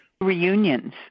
Reunions